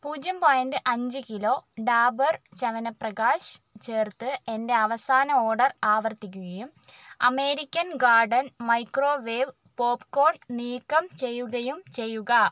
പൂജ്യം പോയിൻറ്റ് അഞ്ച് കിലോ ഡാബർ ചവനപ്രകാശ് ചേർത്ത് എന്റെ അവസാന ഓർഡർ ആവർത്തിക്കുകയും അമേരിക്കൻ ഗാർഡൻ മൈക്രോവേവ് പോപ്കോൺ നീക്കം ചെയ്യുകയും ചെയ്യുക